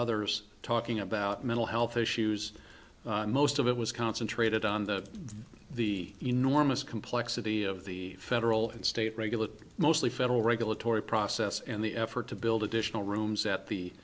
others talking about mental health issues most of it was concentrated on the the enormous complexity of the federal and state regulatory mostly federal regulatory process and the effort to build additional rooms at the